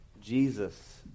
Jesus